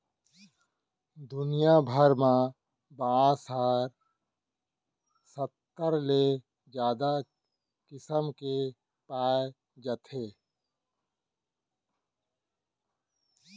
दुनिया भर म बांस ह सत्तर ले जादा किसम के पाए जाथे